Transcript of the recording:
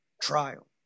trial